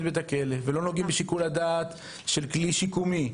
הכלא ולא נוגעים בשיקול הדעת של כלי שיקומי,